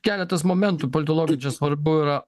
keletas momentų politologui čia svarbu yra